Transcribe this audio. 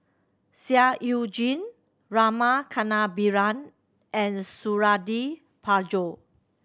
Seah Eu Jin Rama Kannabiran and Suradi Parjo